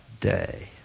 day